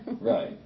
Right